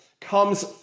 comes